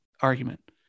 argument